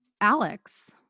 Alex